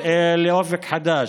אופק חדש,